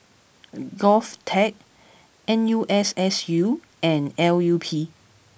Govtech N U S S U and L U P